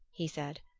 he said,